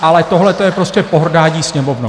Ale tohle je prostě pohrdání Sněmovnou.